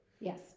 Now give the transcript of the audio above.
Yes